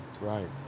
right